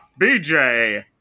BJ